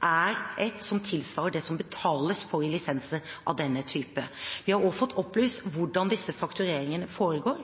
er et som tilsvarer det som betales for lisenser av denne type. Vi har også fått opplyst hvordan disse faktureringene foregår,